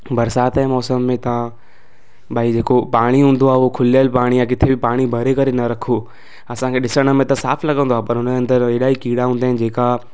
बरसाति जे मौसम में तव्हां भई जेको पाणी हूंदो आहे ओ खुलियलु पाणी या किथे बि पाणी भरे करे न रखो असांखे ॾिसण में त साफ़ लॻंदो आ्हे पर उन ए अंदरु अहिड़ा ई कीड़ा हूंदा आहिनि जेका